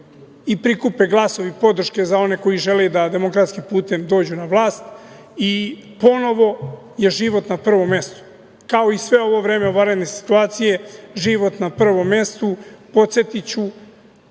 i prikupe glasovi podrške za one koji žele da demokratskim putem dođu na vlast. Ponovo je život na prvom mestu, kao i sve ovo vreme vanredne situacije, život na prvom mestu. Podsetiću,